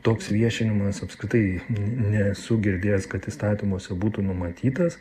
toks viešinimas apskritai nesu girdėjęs kad įstatymuose būtų numatytas